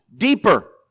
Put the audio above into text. deeper